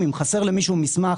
אם חסר למישהו מסמך,